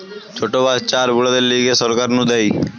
ছোট বাচ্চা আর বুড়োদের লিগে সরকার নু দেয়